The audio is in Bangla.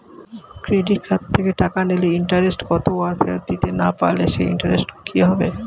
ক্রেডিট কার্ড থেকে টাকা নিলে ইন্টারেস্ট কত আর ফেরত দিতে না পারলে সেই ইন্টারেস্ট কি হবে?